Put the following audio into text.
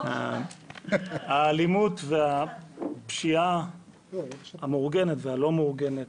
האלימות והפשיעה המאורגנת והלא מאורגנת